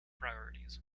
priorities